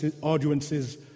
audiences